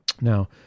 Now